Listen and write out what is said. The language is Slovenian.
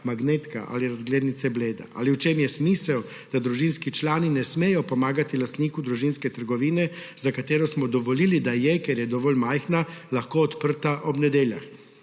magnetka ali razglednice Bleda. Ali v čem je smisel, da družinski člani ne smejo pomagati lastniku družinske trgovine, za katero smo dovolili, da je, ker je dovolj majhna, lahko odprta ob nedeljah.